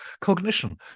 Cognition